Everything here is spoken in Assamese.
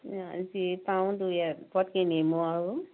যি পাওঁ দুই এপদ কিনিমো আৰু